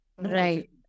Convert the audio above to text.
Right